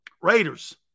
Raiders